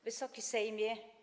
Wysoki Sejmie!